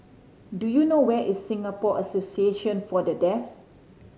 do you know where is Singapore Association For The Deaf